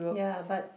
ya but